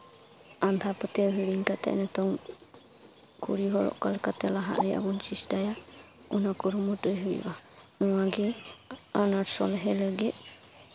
ᱟᱸᱫᱷᱟ ᱯᱟᱹᱛᱭᱟᱹᱣ ᱦᱤᱲᱤᱧ ᱠᱟᱛᱮᱫ ᱱᱤᱛᱚᱝ ᱠᱩᱲᱤ ᱦᱚᱲ ᱚᱠᱟ ᱞᱮᱠᱟᱛᱮ ᱞᱟᱦᱟᱜ ᱨᱮᱱᱟᱜ ᱵᱚᱱ ᱪᱮᱥᱴᱟᱭᱟ ᱚᱱᱟ ᱠᱩᱨᱩᱢᱩᱴᱩᱭ ᱦᱩᱭᱩᱜᱼᱟ ᱱᱚᱣᱟᱜᱮ ᱟᱱᱟᱴ ᱥᱚᱞᱦᱮ ᱞᱟᱹᱜᱤᱫ